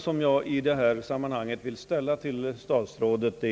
skulle i detta sammanhang vilja ställa en fråga till herr statsrådet.